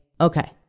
okay